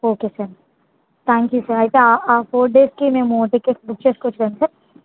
okay sir thank you sir అయితే ఆ four డేస్కి మేము టికెట్స్ బుక్ చేసుకోవచ్చు కద సార్